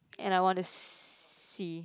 and I want to see